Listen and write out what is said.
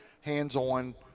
hands-on